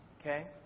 Okay